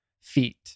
feet